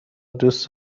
دوست